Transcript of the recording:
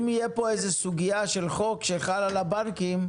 אם תהיה פה סוגיה של חוק שחלה על הבנקים,